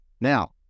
now